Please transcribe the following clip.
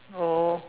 oh